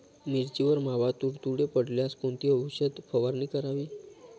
मिरचीवर मावा, तुडतुडे पडल्यास कोणती औषध फवारणी करावी?